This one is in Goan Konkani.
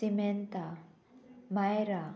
सिमेंता मायरा